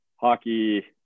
hockey